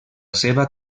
seva